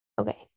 okay